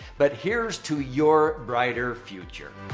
but here's to your brighter future.